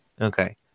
Okay